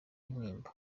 intimba